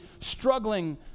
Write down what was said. struggling